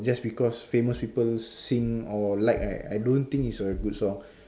just because famous people sing or like right I don't think is a good song